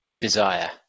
desire